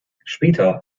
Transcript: später